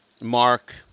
Mark